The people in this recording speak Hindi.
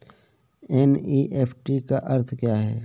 एन.ई.एफ.टी का अर्थ क्या है?